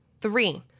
Three